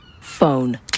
Phone